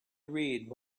read